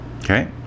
okay